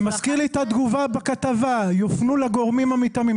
זה מזכיר לי את התגובה בכתבה: יופנו לגורמים המתאימים.